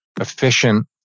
efficient